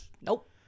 Nope